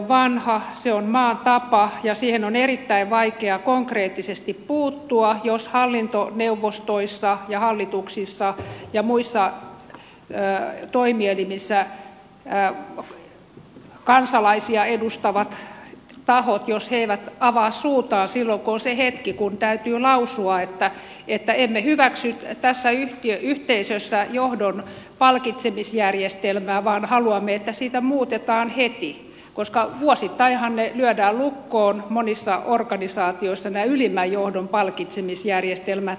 se on maan tapa ja siihen on erittäin vaikea konkreettisesti puuttua jos hallintoneuvostoissa ja hallituksissa ja muissa toimi elimissä kansalaisia edustavat tahot eivät avaa suutaan silloin kun on se hetki kun täytyy lausua että emme hyväksy tässä yhteisössä johdon palkitsemisjärjestelmää vaan haluamme että sitä muutetaan heti koska vuosittainhan lyödään lukkoon monissa organisaatioissa nämä ylimmän johdon palkitsemisjärjestelmät